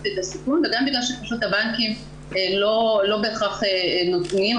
את הסיכון וגם בגלל שפשוט הבנקים לא בהכרח נותנים.